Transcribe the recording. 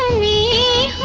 me